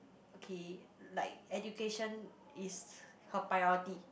okay like education is her priority